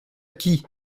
qui